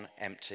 empty